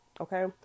Okay